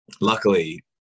luckily